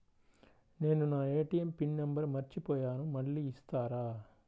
నేను నా ATM pin number మర్చిపోయాను మళ్ళీ ఇస్తారా?